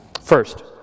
First